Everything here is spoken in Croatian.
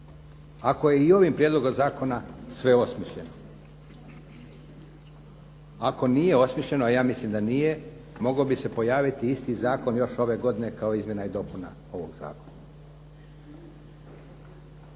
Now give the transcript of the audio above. Ako je i ovim prijedlogom zakona sve osmišljeno, ako nije osmišljeno, a ja mislim da nije mogao bi se pojaviti isti zakon još ove godine kao izmjena i dopuna ovog zakona.